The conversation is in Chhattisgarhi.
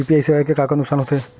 यू.पी.आई सेवाएं के का नुकसान हो थे?